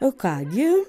o ką gi